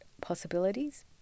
possibilities